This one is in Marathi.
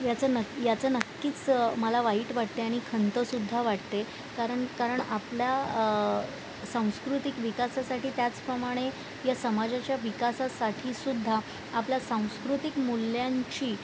याचं नक्की याचं नक्कीच मला वाईट वाटते आणि खंतसुद्धा वाटते कारण कारण आपल्या सांस्कृतिक विकासासाठी त्याचप्रमाणे या समाजाच्या विकासासाठी सुद्धा आपल्या सांस्कृतिक मूल्यांची